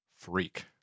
freak